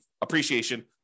appreciation